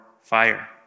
fire